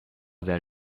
avait